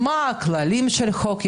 מה הכללים של חוק יסוד?